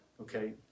okay